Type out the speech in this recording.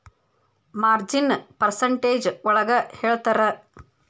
ಮಾರ್ಜಿನ್ನ percentage ಒಳಗ ಹೇಳ್ತರ